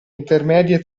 intermedie